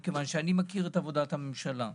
מכיוון שאני מכיר את עבודת הממשלה.